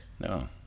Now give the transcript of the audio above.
No